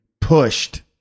pushed